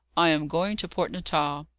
i am going to port natal.